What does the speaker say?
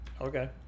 Okay